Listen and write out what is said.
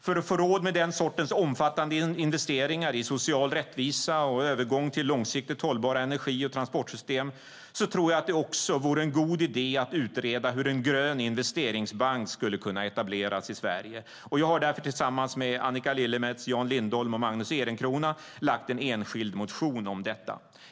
För att få råd med den sortens omfattande investeringar i social rättvisa och en övergång till långsiktigt hållbara energi och transportsystem tror jag att det också vore en god idé att utreda hur en grön investeringsbank skulle kunna etableras i Sverige. Jag har därför tillsammans med Annika Lillemets, Jan Lindholm och Magnus Ehrencrona lagt fram en enskild motion om detta.